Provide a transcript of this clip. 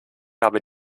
habe